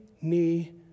knee